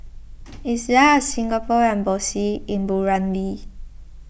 is there a Singapore Embassy in Burundi